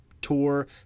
tour